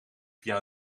via